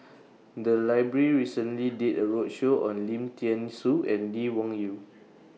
The Library recently did A roadshow on Lim Thean Soo and Lee Wung Yew